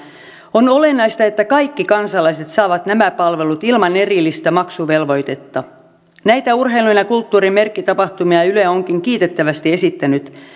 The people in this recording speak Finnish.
on olennaista että kaikki kansalaiset saavat nämä palvelut ilman erillistä maksuvelvoitetta näitä urheilun ja ja kulttuurin merkkitapahtumia yle onkin kiitettävästi esittänyt